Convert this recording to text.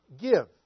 give